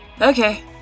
Okay